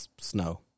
snow